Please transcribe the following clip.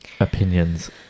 opinions